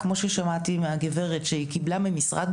כמו ששמעתי מהגברת שהיא קיבלה ממשרד